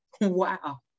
Wow